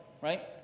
right